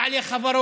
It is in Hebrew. לא לבעלי חברות.